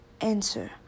answer